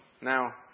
now